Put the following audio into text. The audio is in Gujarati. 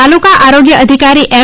તાલુકા આરોગ્ય અધિકારી એમ